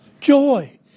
Joy